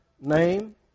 name